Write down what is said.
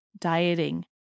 dieting